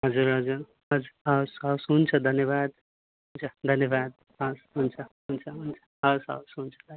हजुर हजुर हस् हस् हस् हुन्छ धन्यवाद हुन्छ धन्यवाद हस् हुन्छ हुन्छ हस् हस् हुन्छ धन्यवाद